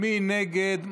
מי נגד?